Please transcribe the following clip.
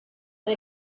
and